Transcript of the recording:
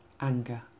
anger